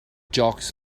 jocks